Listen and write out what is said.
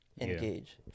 engage